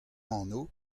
anv